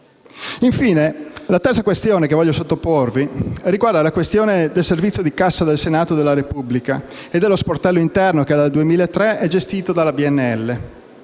Infine, la terza questione che voglio sottoporvi riguarda il servizio di cassa del Senato della Repubblica e lo sportello interno, che dal 2003 è gestito dalla BNL.